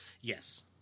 Yes